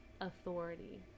authority